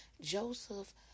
Joseph